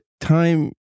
time